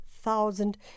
thousand